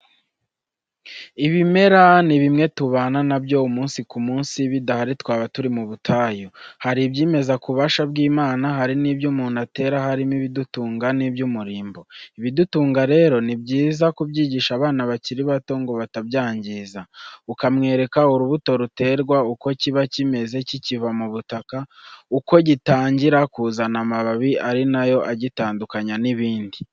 Ibimera ni bimwe tubana na byo umunsi ku munsi. Bidahari twaba turi mu butayu. Hari ibyimeza k'ububasha bw'Imana, hari n'ibyo umuntu atera harimo ibidutunga n'iby'umurimbo. Ibidutunga rero, ni byiza kubyigisha abana bakiri bato ngo batabyangiza. Ukamwereka urubuto ruterwa, uko kiba kimeze kikiva mu butaka, uko gitangira kuzana amababi ari na yo agitandukanya n'ibindi.